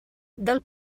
del